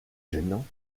gênant